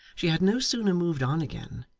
she had no sooner moved on again,